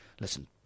listen